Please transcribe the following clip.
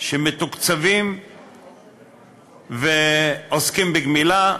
מתוקצבים שעוסקים בגמילה.